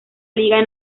liga